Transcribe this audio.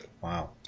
Wow